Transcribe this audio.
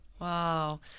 Wow